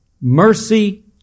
mercy